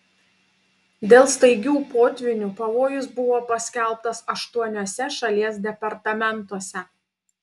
dėl staigių potvynių pavojus buvo paskelbtas aštuoniuose šalies departamentuose